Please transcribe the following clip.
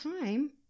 time